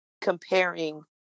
comparing